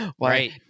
Right